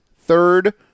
third